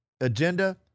agenda